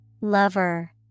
Lover